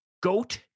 Goat